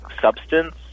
substance